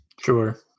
Sure